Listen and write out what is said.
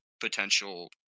potential